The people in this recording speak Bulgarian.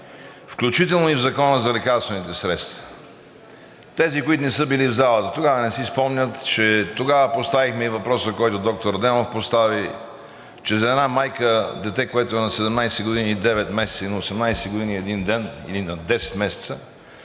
включително и в Закона за лекарствените средства. Тези, които не са били в залата тогава, не си спомнят, че тогава поставихме и въпроса, който доктор Адемов постави, че за една майка на дете, което е на 17 години и 9 месеца, и на 18 години и 1 ден, или на 10 месеца